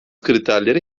kriterleri